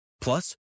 Plus